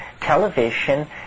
television